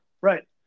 right